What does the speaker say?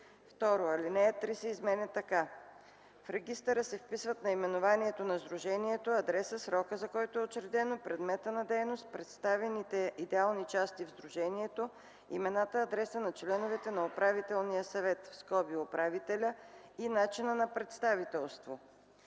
2. Алинея 3 се изменя така: „(3) В регистъра се вписват наименованието на сдружението, адресът, срокът, за който е учредено, предметът на дейност, представените идеални части в сдружението, имената и адресът на членовете на управителния съвет (управителя) и начинът на представителство.”